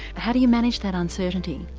how do you manage that uncertainty?